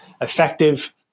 effective